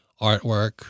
artwork